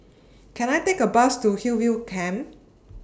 Can I Take A Bus to Hillview Camp